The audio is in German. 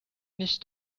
nicht